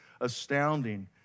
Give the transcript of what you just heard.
astounding